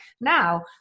now